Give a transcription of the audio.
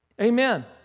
amen